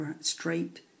straight